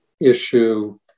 issue